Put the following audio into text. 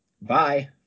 Bye